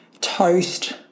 toast